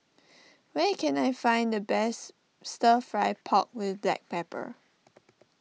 where can I find the best Stir Fry Pork with Black Pepper